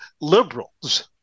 liberals